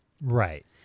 Right